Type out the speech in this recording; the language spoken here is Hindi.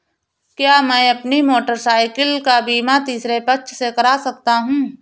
क्या मैं अपनी मोटरसाइकिल का बीमा तीसरे पक्ष से करा सकता हूँ?